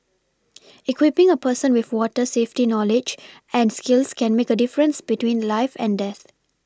equipPing a person with water safety knowledge and skills can make a difference between life and death